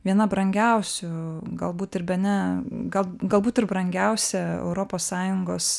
viena brangiausių galbūt ir bene gal galbūt ir brangiausia europos sąjungos